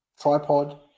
tripod